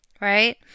Right